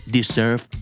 deserve